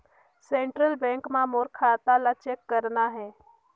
Central bank मां मोर खाता ला चेक करना हे?